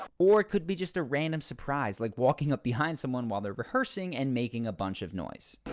or could be just a random surprise like walking up behind someone while their rehearsing and making a bunch of noise.